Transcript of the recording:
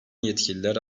yetkililer